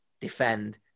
defend